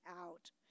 out